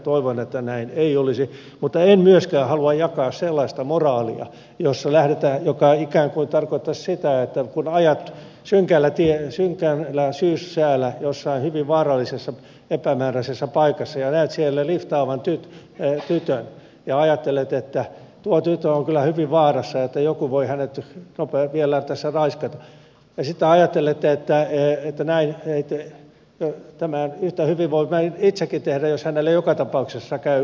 toivon että näin ei olisi mutta en myöskään halua jakaa sellaista moraalia joka ikään kuin tarkoittaisi sitä että kun ajat synkällä syyssäällä jossain hyvin vaarallisessa epämääräisessä paikassa ja näet siellä liftaavan tytön ja ajattelet että tuo tyttö on kyllä hyvin vaarassa että joku voi hänet vielä tässä raiskata niin sitten ajattelet että tämän yhtä hyvin voin itsekin tehdä jos hänelle joka tapauksessa käy tällä lailla